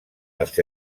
les